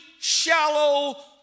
shallow